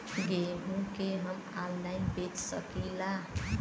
गेहूँ के हम ऑनलाइन बेंच सकी ला?